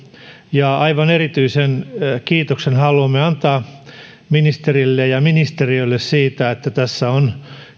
ja aivan erityisen kiitoksen haluamme antaa ministerille ja ministeriölle siitä että tässä on